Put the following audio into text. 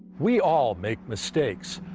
we all make mistakes.